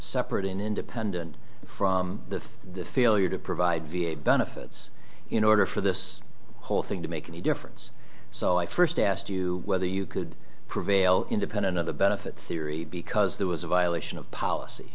separate independent from the failure to provide v a benefits in order for this whole thing to make any difference so i first asked you whether you could prevail independent of the benefit theory because there was a violation of policy